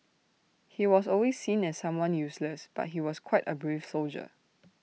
he was always seen as someone useless but he was quite A brave soldier